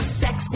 sex